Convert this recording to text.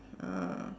ah